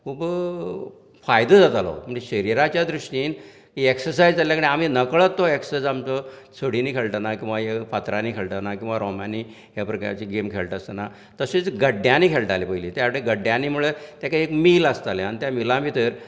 खूप फायदो जातालो शरिराच्या दृश्टीन एक्सरसायज जाल्ल्या कारणान आमी नकळत तो एक्ससायज आमचो सोडिनी खेळटना किंवां हेर फातरांनी खेळटना किंवां रोमांनी ह्या प्रकारची गेम खेळटा आसतना तशें गड्ड्यांनी खेळटाले पयलीं त्या वाटेन गड्ड्यांनी म्हुळ्यार तेका एक मील आसतालें आनी त्या मिला भितर